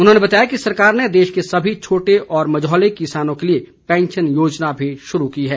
उन्होंने बताया कि सरकार ने देश के सभी छोटे और मझौले किसानों के लिए पेंशन योजना भी शुरू की है